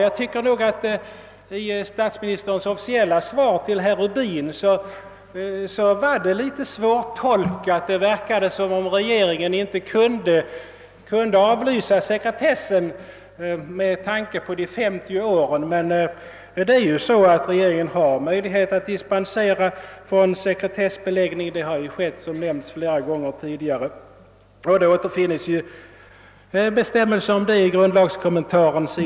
Jag tycker nog att statsministerns officiella svar till herr Rubin var något svårtolkat. Det verkade som om regeringen inte skulle kunna avlysa sekretessen med tanke på den föreskrivna 50-årsperioden innan frisläppande kan ske. Det är emellertid så att regeringen har möjlighet att ge dispens från = sekretessbeläggningen. Den har ju upphävts flera gånger tidigare. Frågan behandlas i Malmgrens grundlagskommentar på s.